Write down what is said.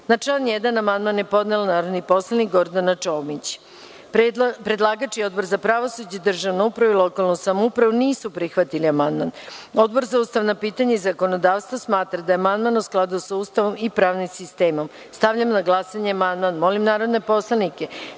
član 1. amandman je podneo narodni poslanik Gordana Čomić. Predlagač i Odbor za pravosuđe, državnu upravu i lokalnu samoupravu nisu prihvatili amandman. Odbor za ustavna pitanja i zakonodavstvo smatra da je amandman u skladu sa Ustavom i pravnim sistemom. Stavljam na glasanje amandman. Molim narodne poslanike